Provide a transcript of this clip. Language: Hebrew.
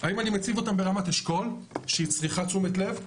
- האם אני מציב אותם ברמת אשכול - שצריכה תשומת לב?